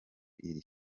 iri